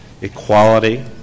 equality